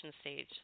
stage